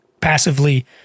passively